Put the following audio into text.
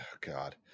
God